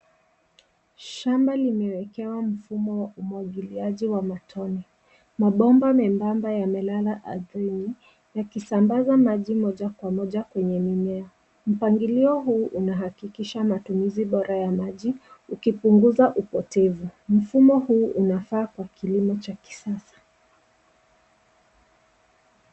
Shamba limewekewa mfumo wa umwagiliaji wa matone. Mabomba membamba yamelala ardhini, yakisambaza maji moja kwa moja kwenye mimea. Mpangilio huu unahakikisha matumizi bora ya maji, ukipunguza upotevu. Mfumo huu unafaa kwa kilimo cha kisasa.